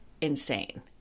insane